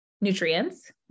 nutrients